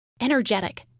energetic